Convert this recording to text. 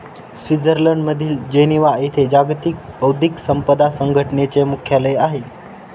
स्वित्झर्लंडमधील जिनेव्हा येथे जागतिक बौद्धिक संपदा संघटनेचे मुख्यालय आहे